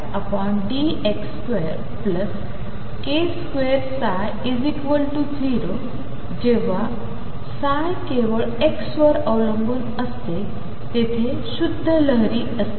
d2dx2k2ψ0 जे व्हा ψ केवळ x वर अवलंबून असते तेथे शुद्ध लहरी असते